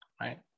Right